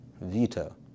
veto